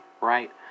right